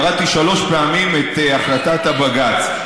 קראתי שלוש פעמים את החלטת בג"ץ.